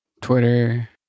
twitter